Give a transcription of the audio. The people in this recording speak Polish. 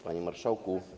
Panie Marszałku!